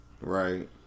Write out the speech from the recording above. Right